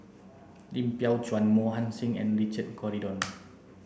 Lim Biow Chuan Mohan Singh and Richard Corridon